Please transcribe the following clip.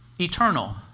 eternal